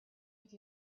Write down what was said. have